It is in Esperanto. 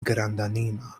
grandanima